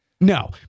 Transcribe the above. no